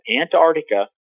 Antarctica